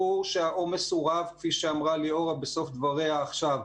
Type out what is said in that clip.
ברור שהעומס הוא רב כפי שאמרה ליאורה בסוף דבריה עכשיו,